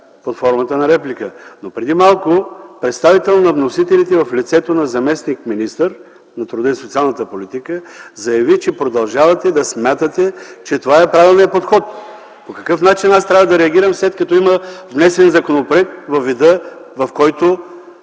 под формата на реплика, но преди малко представител на вносителите в лицето на заместник-министър на труда и социалната политика заяви, че продължавате да смятате, че това е правилният подход. По какъв начин аз трябва да реагирам, след като има внесен законопроект във вида, в който